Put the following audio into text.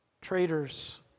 traitors